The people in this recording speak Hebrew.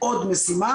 עוד משימה